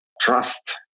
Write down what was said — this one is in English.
Trust